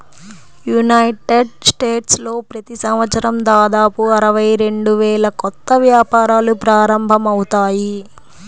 United స్టేట్స్లో ప్రతి సంవత్సరం దాదాపు అరవై రెండు వేల కొత్త వ్యాపారాలు ప్రారంభమవుతాయి